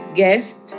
guest